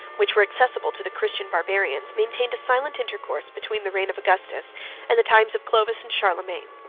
which were accessible to the christian barbarians, maintained a silent intercourse between the reign of augustus and the times of clovis and charlemagne.